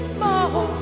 more